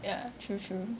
ya true true